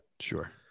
Sure